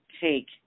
take